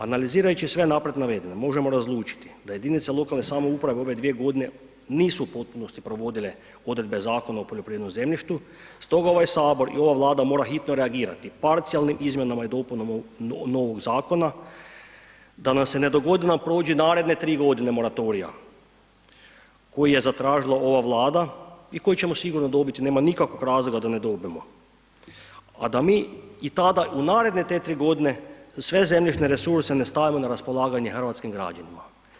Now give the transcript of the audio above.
Analizirajući sve naprijed navedeno možemo razlučiti da jedinice lokalne samouprave u ove dvije godine nisu u potpunosti provodile odredbe zakona o poljoprivrednom zemljištu stoga ovaj sabor i ova Vlada mora hitno reagirati, parcijalnim izmjenama i dopunama novog zakona da nam se ne dogodi da nam prođe naredne 3 godine moratorija koji je zatražila ova Vlada i koji ćemo sigurno dobiti, nema nikakvog razloga da ne dobijemo, a da mi i tada u naredne te 3 godine sve zemljišne resurse ne stavimo na raspolaganje hrvatskim građanima.